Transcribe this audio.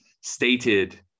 stated